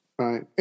Right